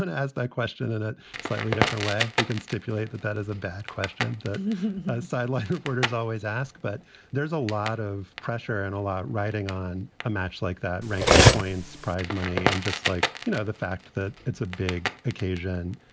and as that question in a slightly different way. we can stipulate that that is a bad question, but sideline reporters always ask. but there's a lot of pressure and a lot riding on a match like that. ranking points, prizemoney and just like, you know, the fact that it's a big occasion,